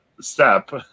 step